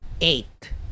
eight